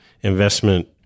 investment